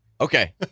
Okay